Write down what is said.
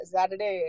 Saturday